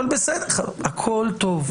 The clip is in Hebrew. אבל הכול טוב.